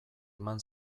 eman